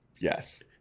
Yes